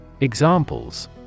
Examples